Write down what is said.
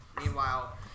Meanwhile